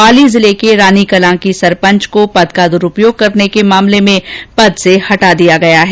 पाली जिले के रानी कला की सरपंच को पद का द्रूपयोग करने के मामले में पद से हटा दिया गया है